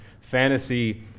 fantasy